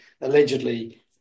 allegedly